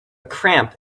cramp